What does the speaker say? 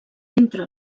entre